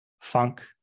funk